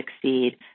succeed